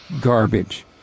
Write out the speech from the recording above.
garbage